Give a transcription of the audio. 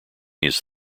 his